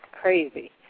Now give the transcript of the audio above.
crazy